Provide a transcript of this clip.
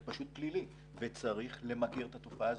זה פשוט פלילי וצריך למגר את התופעה הזאת.